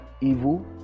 evil